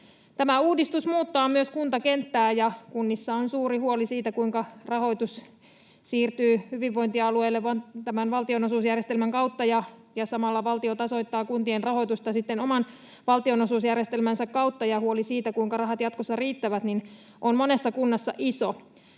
Tämä uudistus muuttaa myös kuntakenttää, ja kunnissa on suuri huoli siitä, kuinka rahoitus siirtyy hyvinvointialueille valtionosuusjärjestelmän kautta. Samalla valtio tasoittaa kuntien rahoitusta oman valtionosuusjärjestelmänsä kautta, ja huoli siitä, kuinka rahat jatkossa riittävät, on monessa kunnassa iso.